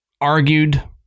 argued